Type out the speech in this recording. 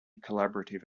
collaborative